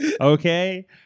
Okay